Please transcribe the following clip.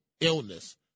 illness